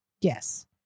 Yes